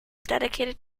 dedicated